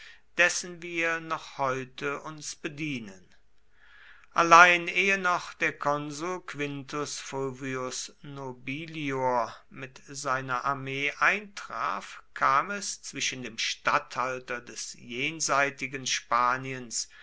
dessen wir noch heute uns bedienen allein ehe noch der konsul quintus fulvius nobilior mit seiner armee eintraf kam es zwischen dem statthalter des jenseitigen spaniens